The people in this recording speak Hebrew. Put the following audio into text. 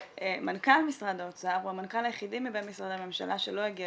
ומנכ"ל משרד האוצר הוא המנכ"ל היחידי מבין משרדי הממשלה שלא הגיע